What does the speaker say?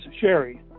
Sherry